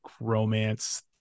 romance